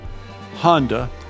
Honda